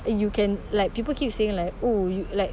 you can like people keep saying like oh you like